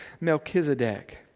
Melchizedek